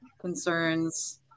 concerns